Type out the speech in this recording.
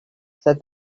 said